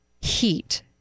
heat